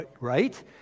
right